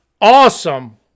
awesome